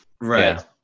right